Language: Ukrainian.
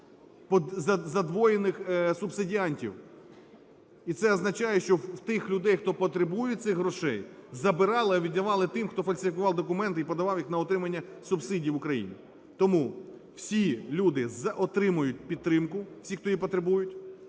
задвоєних субсидіантів. І це означає, що в тих людей, хто потребує цих грошей, забирали, а віддавали тим, хто фальсифікував документи і подавав їх на отримання субсидій в Україні. Тому всі люди отримують підтримку, всі, хто її потребують.